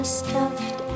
stuffed